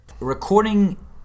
Recording